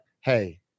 Hey